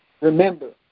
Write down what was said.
Remember